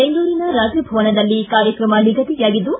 ಬೆಂಗಳೂರಿನ ರಾಜಭವನದಲ್ಲಿ ಕಾರ್ಯಕ್ರಮ ನಿಗದಿಯಾಗಿದ್ದು